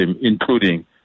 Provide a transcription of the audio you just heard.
including